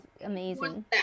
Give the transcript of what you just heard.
amazing